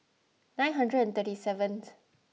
nine hundred and thirty seventh